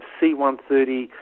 C-130